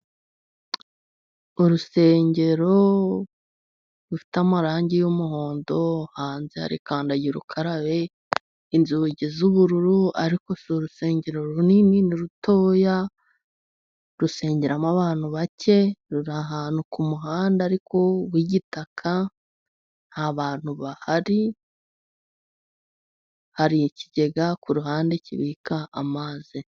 Urusengero rufite amarangi y'umuhondo, hanze hari kandagira ukarabe, inzugi z'ubururu, ariko si urusengero runini ni rutoya. Rusengeramo abantu bake, ruri ahantu kumuhanda ariko w'igitaka, nta bantu bahari, hari ikigega kuruhande kibika amazi.